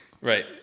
right